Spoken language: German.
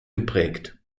geprägt